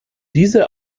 diese